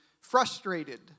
frustrated